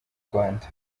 rwanda